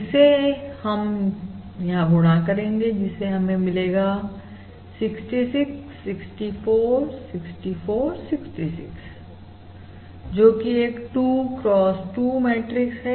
इसे यहां हम गुणा करेंगे जिससे हमें मिलेगा 66 6464 66 जो कि एक 2 cross 2 मैट्रिक्स है